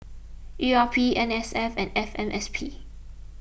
E R P N S F and F M S P